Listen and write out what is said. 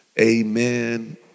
Amen